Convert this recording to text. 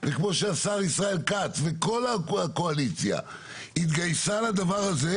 וכמו שהשר ישראל כץ וכל הקואליציה התגייסה לדבר הזה,